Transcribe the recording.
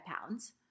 pounds